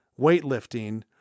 weightlifting